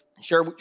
share